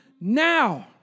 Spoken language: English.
now